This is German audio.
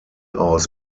aus